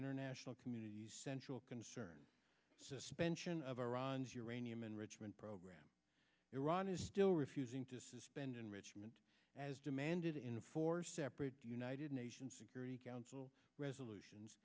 international community's central concern suspension of iran's uranium enrichment program iran is still refusing to suspend enrichment as demanded in four separate united nations security council resolutions